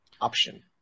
option